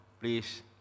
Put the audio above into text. please